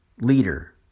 leader